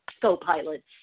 co-pilots